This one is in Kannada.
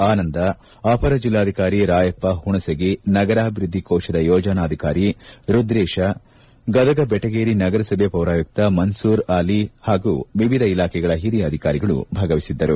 ಆನಂದ ಅಪರ ಜಿಲ್ಲಾಧಿಕಾರಿ ರಾಯಪ್ಪ ಹುಣಸಗಿ ನಗರಾಭಿವೃದ್ದಿ ಕೋತದ ಯೋಜನಾನಿರ್ದೇಶಕ ರುದ್ರೇಶ ಗದಗ ಬೆಟಗೇರಿ ನಗರಸಭೆ ಪೌರಾಯುಕ್ತ ಮನ್ಸೂರ್ ಆಲಿ ಹಾಗೂ ವಿವಿಧ ಇಲಾಖೆಗಳ ಹಿರಿಯ ಅಧಿಕಾರಿಗಳು ಭಾಗವಹಿಸಿದ್ದರು